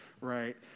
right